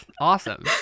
awesome